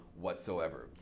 whatsoever